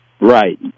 Right